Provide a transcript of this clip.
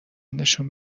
نشون